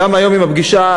גם היום עם הפגישה,